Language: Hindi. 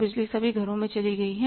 बिजली सभी घरों में चली गई है